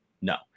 no